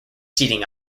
seating